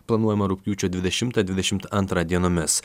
planuojama rugpjūčio dvidešimtą dvidešimt antrą dienomis